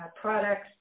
products